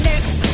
Next